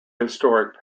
historic